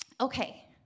Okay